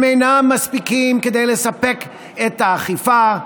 הם אינם מספיקים כדי לספק את האכיפה,